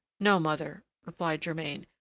no, mother, replied germain,